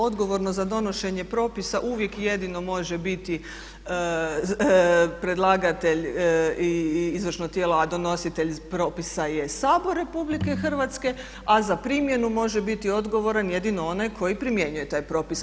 Odgovorno za donošenje propisa uvijek i jedino može biti predlagatelj i izvršno tijelo, a donositelj propisa je Sabor RH, a za primjenu može biti odgovoran jedino onaj koji primjenjuje taj propis.